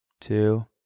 two